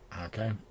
Okay